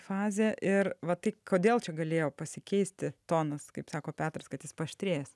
fazė ir va tai kodėl čia galėjo pasikeisti tonas kaip sako petras kad jis paaštrėjęs